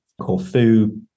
Corfu